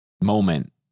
moment